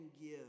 give